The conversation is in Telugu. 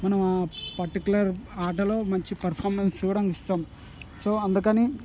మనం ఆ పర్టికులర్ ఆటలో మంచి పర్ఫామెన్స్ కూడా ఇస్తాం సో అందుకని